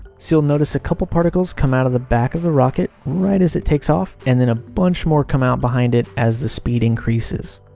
so you'll notice a couple particles come out of the back of the rocket, right as it takes off and then a bunch more come out behind it as the speed increases.